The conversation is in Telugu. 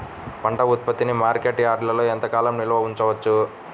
పంట ఉత్పత్తిని మార్కెట్ యార్డ్లలో ఎంతకాలం నిల్వ ఉంచవచ్చు?